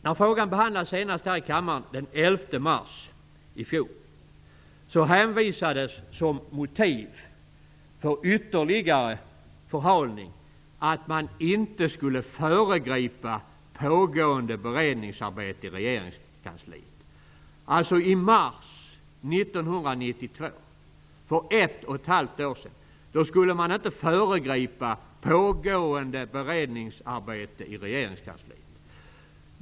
När frågan behandlades senast här i kammaren den 11 mars i fjol hänvisades som motiv för ytterligare förhalning att man inte skulle föregripa pågående beredningsarbete i regeringskansliet. I mars 1992, för ett och ett halvt år sedan, skulle man inte föregripa pågående beredningsarbete i regeringskansliet.